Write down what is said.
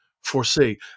foresee